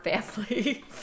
family